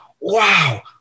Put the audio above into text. wow